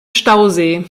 stausee